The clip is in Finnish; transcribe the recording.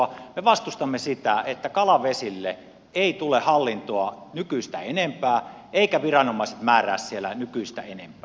me vastustamme sitä että kalavesille tulisi hallintoa nykyistä enempää ja viranomaiset määräisivät siellä nykyistä enempää